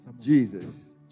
Jesus